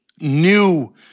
new